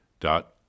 dot